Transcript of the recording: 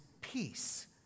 peace